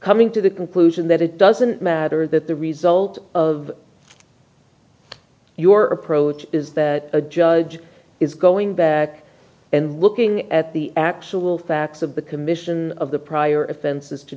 coming to the conclusion that it doesn't matter that the result of your approach is that a judge is going back and looking at the actual facts of the commission of the prior offenses to